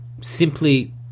Simply